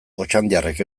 otxandiarrek